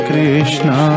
Krishna